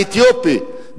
האתיופי,